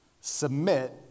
submit